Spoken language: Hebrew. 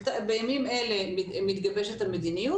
בימים אלה מתגבשת המדיניות,